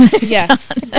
Yes